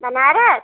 Banaras